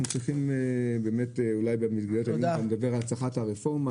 צריכים באמת אולי במסגרת לדבר על הצלחת הרפורמה,